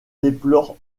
déplore